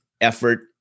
effort